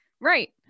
Right